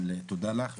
תודה לך.